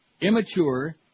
immature